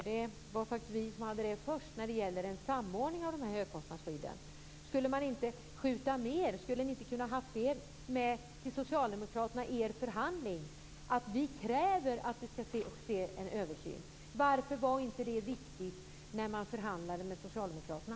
Det var vi som först lade fram förslaget om en samordning av högkostnadsskydden. Skulle ni inte ha kunnat ha det med till er förhandling med socialdemokraterna, att vi kräver att det sker en översyn? Varför var inte det viktigt när man förhandlade med socialdemokraterna?